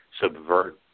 subvert